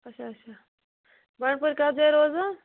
اچھا اچھا بنڈپوٗر کٔتھ جاےٚ روزان